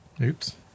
Oops